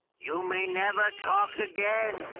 you may never talk again!